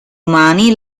umani